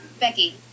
Becky